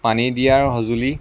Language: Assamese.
পানী দিয়াৰ সঁজুলি